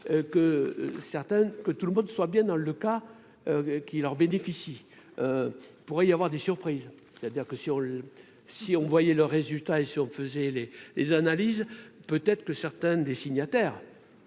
que tout le monde soit bien dans le cas qui leur bénéficie pourrait y avoir des surprises, c'est-à-dire que si on si on voyait le résultat et si on faisait les les analyses, peut-être que certains des signataires